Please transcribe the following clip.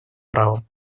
правом